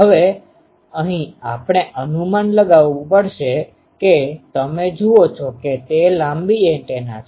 હવે અહીં આપણે અનુમાન લગાવવું પડશે કે તમે જુઓ છો કે તે લાંબી એન્ટેના છે